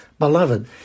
Beloved